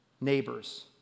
neighbors